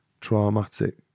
traumatic